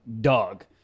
dog